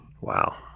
Wow